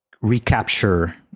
recapture